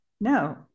No